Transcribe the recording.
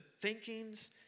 thinkings